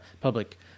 public